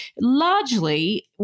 largely